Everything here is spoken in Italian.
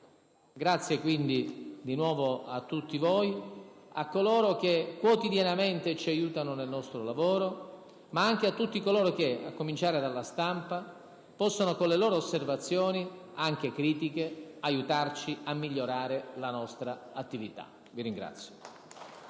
Grazie, quindi, di nuovo a tutti voi, a coloro che quotidianamente ci aiutano nel nostro lavoro, ma anche a tutti coloro che, a cominciare dalla stampa, possono con le loro osservazioni, anche critiche, aiutarci a migliorare la nostra attività. *(Applausi